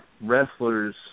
wrestlers